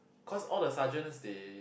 cause all the sergeants they